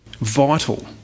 Vital